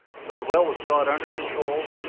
so the well was brought under control,